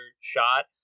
shot